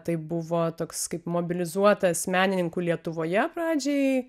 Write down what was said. tai buvo toks kaip mobilizuotas menininkų lietuvoje pradžiai